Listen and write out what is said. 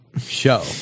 Show